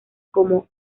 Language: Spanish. como